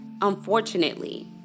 Unfortunately